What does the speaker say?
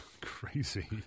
Crazy